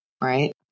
right